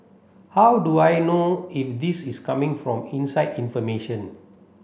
how do I know if this is coming from inside information